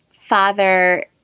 father